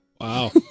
Wow